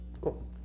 Cool